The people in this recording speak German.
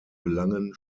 belangen